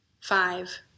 Five